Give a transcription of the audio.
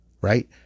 right